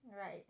Right